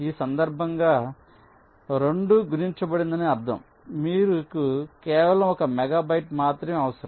ఈ సందర్భంలో ఇది 2 గుణించబడిందని అర్థం మీకు కేవలం 1 మెగాబైట్ మాత్రమే అవసరం